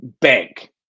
bank